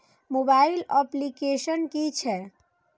Mobile application कि छै?